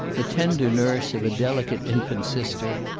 the tender nurse of a delicate infant sister,